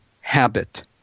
habit